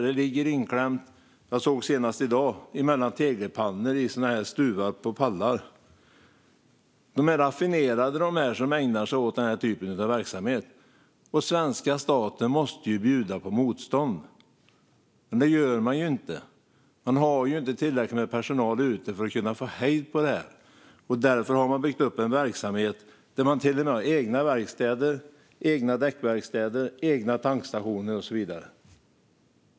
Jag såg senast i dag hur det låg inklämt mellan tegelpannor som var stuvade på pallar. De som ägnar sig åt den typen av verksamhet är raffinerade. Svenska staten måste bjuda på motstånd. Men det gör man inte. Man har inte tillräckligt med personal ute för att kunna hejda det. Därför har de byggt upp en verksamhet där de till och med har egna verkstäder, egna däckverkstäder, egna tankstationer och så vidare.